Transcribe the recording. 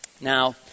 Now